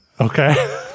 Okay